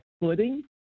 footing